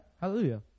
Hallelujah